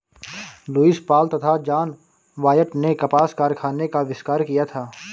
Lewis Paul तथा John Wyatt ने कपास कारखाने का आविष्कार किया था